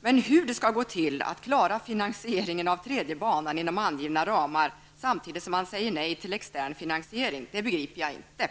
men hur det skall gå till att klara finansieringen av tredje banan inom angivna ramar, samtidigt som man säger nej till extern finansiering, begriper jag inte.